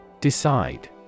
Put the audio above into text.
Decide